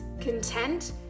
content